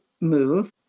move